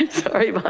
sorry. but